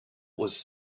was